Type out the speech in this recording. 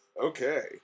Okay